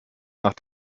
nach